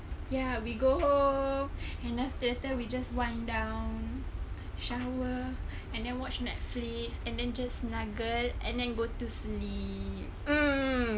ya we go home and then later we just wind down shower and then watch netflix and then just snuggle and then go to sleep